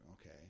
okay